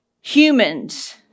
humans